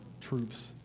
troops